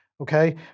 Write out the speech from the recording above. Okay